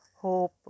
hope